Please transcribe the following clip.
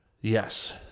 yes